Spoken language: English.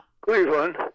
Cleveland